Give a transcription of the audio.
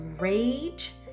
rage